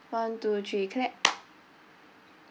one two three clap